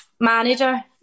manager